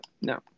no